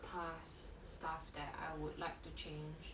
past stuff that I would like to change